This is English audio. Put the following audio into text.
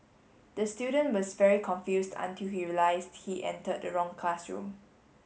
the student was very confused until he realised he entered the wrong classroom